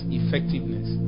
effectiveness